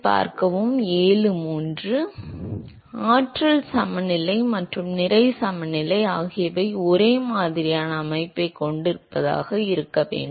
மாணவர் ஆற்றல் சமநிலை மற்றும் நிறை சமநிலை ஆகியவை ஒரே மாதிரியான அமைப்பைக் கொண்டிருப்பதால் இருக்க வேண்டும்